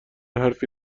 حرفی